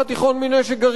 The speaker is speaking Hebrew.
זו הדרך,